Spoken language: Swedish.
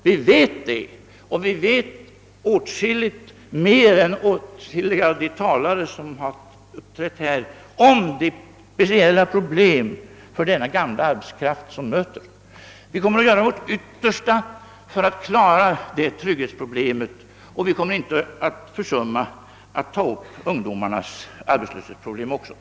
Vi vet också åtskilligt mer än flera av de talare som har uppträtt här om de speciella problem som möter den äldre arbetskraften. Vi kommer att göra vårt yttersta för att klara detta trygghetsproblem, och vi kommer inte heller att försumma att ta upp ungdomarnas arbetslöshetsproblem.